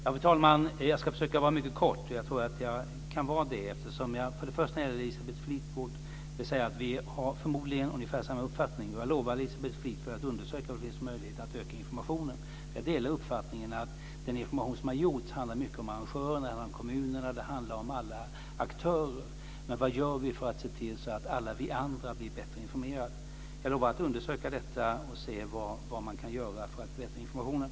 Fru talman! Jag ska försöka fatta mig mycket kort. Jag tror att jag kan göra det eftersom jag först och främst när det gäller Elisabeth Fleetwood vill säga att vi förmodligen har ungefär samma uppfattning. Jag lovar Elisabeth Fleetwood att undersöka om det finns möjlighet att öka informationen. Jag delar uppfattningen att den information som har givits handlat mycket om arrangörerna, kommunerna och alla aktörer. Men vad gör vi för att se till att alla vi andra blir bättre informerade? Jag lovar att undersöka detta för att se vad man kan göra för att förbättra informationen.